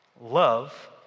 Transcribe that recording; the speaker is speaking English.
love